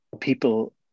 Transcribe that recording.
people